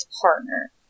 partner